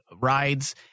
rides